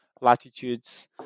latitudes